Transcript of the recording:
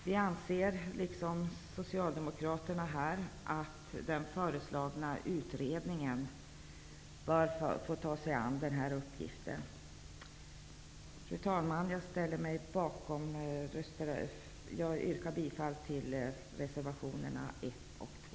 Vi anser liksom socialdemokraterna att den föreslagna utredningen bör få ta sig an den här uppgiften. Fru talman! Jag yrkar bifall till reservation 1 och 2.